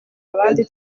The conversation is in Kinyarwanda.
abandi